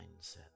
mindset